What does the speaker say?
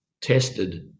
tested